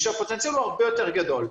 ושהפוטנציאל הוא הרבה יותר גדול.